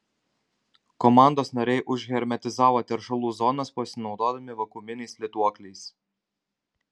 komandos nariai užhermetizavo teršalų zonas pasinaudodami vakuuminiais lituokliais